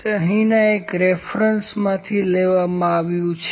તે અહીંના એક રેફરન્સમાંથી લેવામાં આવ્યું છે